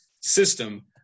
system